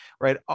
right